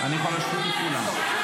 אני יכול להשתיק את כולם.